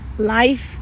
life